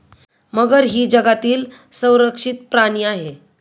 मगर ही जगातील संरक्षित प्राणी आहे